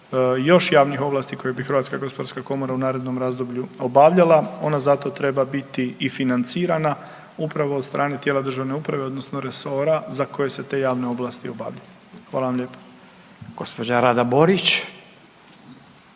još javnih ovlasti koje bi HGK u narednom razdoblju obavljala. Ona za to treba biti i financirana upravo od strane tijela državne uprave odnosno resora za koje se te javne ovlasti obavljaju. Hvala vam lijepo. **Radin,